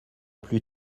plus